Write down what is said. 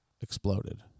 exploded